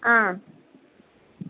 ஆ